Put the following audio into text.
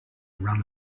run